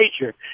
nature